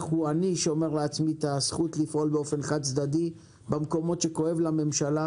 אני שומר לעצמי את הזכות לפעול באופן חד-צדדי במקומות שכואב לממשלה,